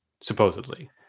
supposedly